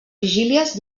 vigílies